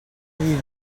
dir